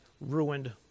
ruined